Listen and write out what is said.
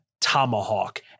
tomahawk